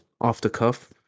off-the-cuff